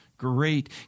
great